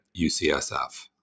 UCSF